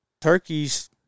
turkeys